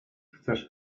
chcesz